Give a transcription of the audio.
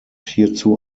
hierzu